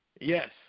Yes